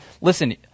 listen